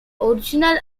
original